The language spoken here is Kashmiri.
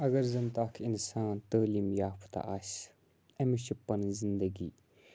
اگر زَنتہِ اَکھ اِنسان تعلیٖم یافتہٕ آسہِ أمِس چھِ پَنٕنۍ زندگی